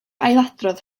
ailadrodd